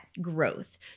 growth